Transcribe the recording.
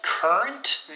Current